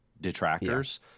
detractors